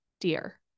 dear